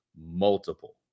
multiple